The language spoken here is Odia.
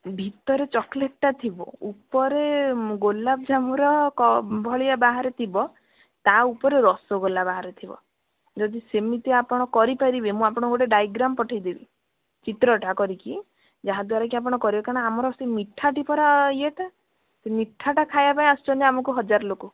ଭିତରେ ଚକୋଲେଟ୍ଟା ଥିବ ଉପରେ ଗୋଲାପଜାମୁର ଭଳିଆ ବାହାରେ ଥିବ ତା ଉପେରେ ରସଗୋଲା ବାହାରୁଥିବ ଯଦି ସେମିତି ଆପଣ କରିପାରିବେ ମୁଁ ଆପଣଙ୍କୁ ଗୋଟେ ଡାଇଗ୍ରାମ୍ ପଠାଇଦେବି ଚିତ୍ରଟା କରିକି ଯାହାଦ୍ୱାରା କି ଆପଣ କରିବେ କାରଣ ଆମର ସେଇ ମିଠାଟି ପରା ଇଏଟା ସେଇ ମିଠାଟା ଖାଇବା ପାଇଁ ଆସୁଛନ୍ତି ଆମକୁ ହଜାରେ ଲୋକ